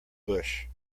bush